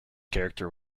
character